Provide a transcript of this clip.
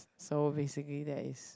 so basically that is